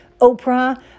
Oprah